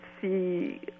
see